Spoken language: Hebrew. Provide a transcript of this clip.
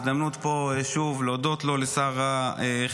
זו ההזדמנות פה שוב להודות לו, לשר החינוך,